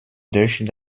durch